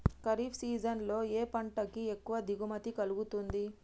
Kharif season లో ఏ పంట కి ఎక్కువ దిగుమతి కలుగుతుంది?